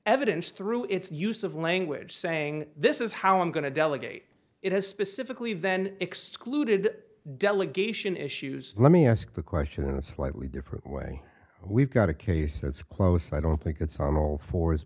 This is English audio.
evidence through its use of language saying this is how i'm going to delegate it has specifically then excluded delegation issues let me ask the question in a slightly different way we've got a case that's close i don't think it's on all fours